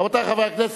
רבותי חברי הכנסת,